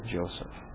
Joseph